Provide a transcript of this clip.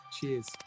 cheers